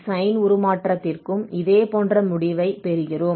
sign உருமாற்றத்திற்கும் இதே போன்ற முடிவை பெறுகிறோம்